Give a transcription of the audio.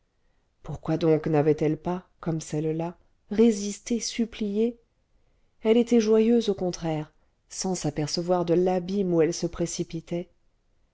pourquoi donc n'avait-elle pas comme celle-là résisté supplié elle était joyeuse au contraire sans s'apercevoir de l'abîme où elle se précipitait